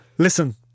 Listen